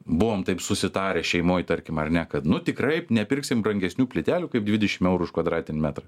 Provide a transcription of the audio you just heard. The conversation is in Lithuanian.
buvom taip susitarę šeimoj tarkim ar ne kad nu tikrai nepirksim brangesnių plytelių kaip dvidešim eurų už kvadratinį metrą